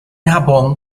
japón